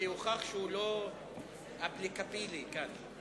כי הוכח שהוא לא "אפליקבילי" כאן,